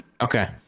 Okay